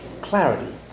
clarity